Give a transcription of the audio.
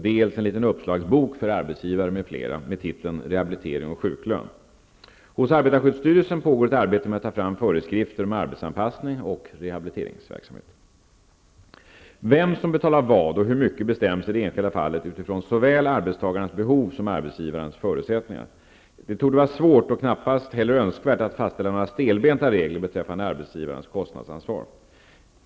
Vem som betalar vad och hur mycket bestäms i det enskilda fallet utifrån såväl arbetstagarens behov som arbetsgivarens förutsättningar. Det torde vara svårt och knappast heller önskvärt att fastställa några stelbenta regler beträffande arbetsgivarens kostnadsansvar.